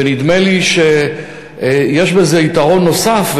ונדמה לי שיש בזה יתרון נוסף,